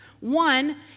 One